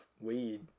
weed